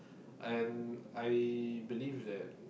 and I believe that